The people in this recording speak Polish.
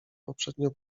poprzednio